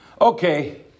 okay